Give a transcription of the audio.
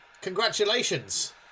congratulations